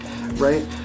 right